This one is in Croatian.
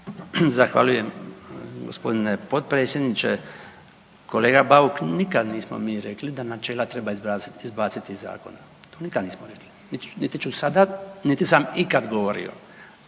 Zahvaljujem gospodine potpredsjedniče. Kolega Bauk nikad nismo mi rekli da načela treba izbaciti iz zakona, nikad nismo rekli, niti ću sada, niti sam ikada govorio.